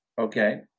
okay